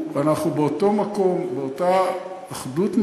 אנחנו באותו מקום, באותה אחדות מטרה,